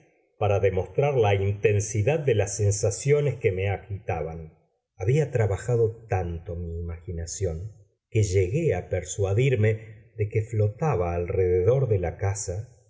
para demostrar la intensidad de las sensaciones que me agitaban había trabajado tanto mi imaginación que llegué a persuadirme de que flotaba al rededor de la casa